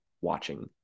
watching